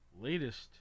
latest